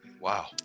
Wow